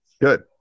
good